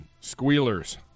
Squealers